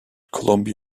columbia